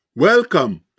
Welcome